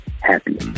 happy